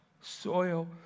soil